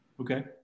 Okay